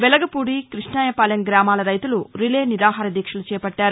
వెలగపూడి క్బష్టాయపాలెం గ్రామాల రైతులు రిలే నిరాహార దీక్షలు చేపట్గారు